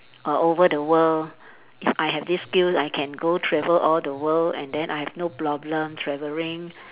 all over the world if I have this skill I can go travel all the world and then I have no problem travelling